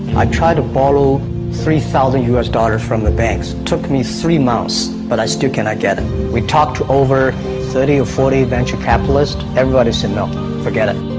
i try to borrow three thousand us daughter from the banks took me three months but i still cannot get it we talked over thirty or forty venture capitalists. everybody said no forget it